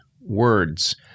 words